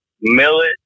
millet